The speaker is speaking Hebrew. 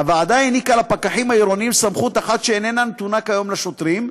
הוועדה העניקה לפקחים העירוניים סמכות אחת שאיננה נתונה כיום לשוטרים,